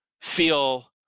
feel